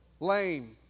Lame